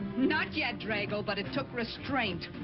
not yet, drago, but it took restraint.